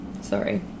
Sorry